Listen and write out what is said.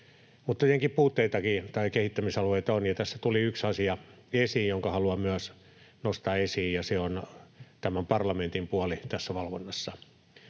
mutta on tietenkin puutteitakin, tai kehittämisalueita. Tässä tuli yksi asia esiin, jonka haluan myös nostaa esiin, ja se on tämä parlamentin puoli tässä valvonnassa.